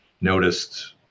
noticed